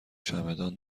چمدان